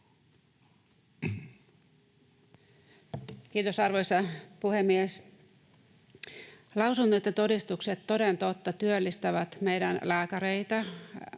Kiitos, arvoisa puhemies! Lausunnot ja todistukset toden totta työllistävät meidän lääkäreitä,